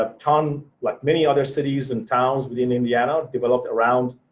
ah town, like many other cities and towns within indiana, developed around.